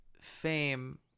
fame